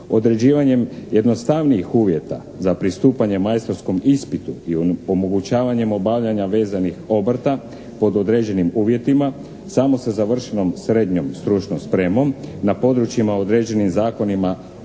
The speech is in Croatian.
određivanjem jednostavnijih uvjeta za pristupanje majstorskom ispitu i onemogućavanjem obavljanja vezanih obrta pod određenim uvjetima samo sa završenom srednjom stručnom spremom na područjima određenim Zakonom